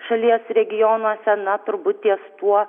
šalies regionuose na turbūt ties tuo